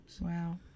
Wow